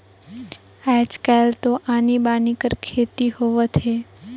आयज कायल तो आनी बानी कर खेती होवत हे